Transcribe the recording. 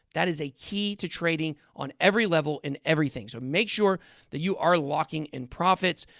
that is a key to trading on every level in everything. so make sure that you are locking in profits.